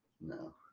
No